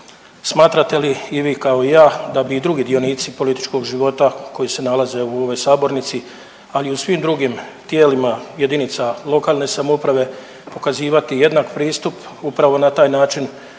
Smatrate li i vi kao i ja da bi i drugi dionici političkog života koji se nalaze u ovoj sabornici, ali i u svim drugim tijelima JLS pokazivati jednak pristup upravo na taj način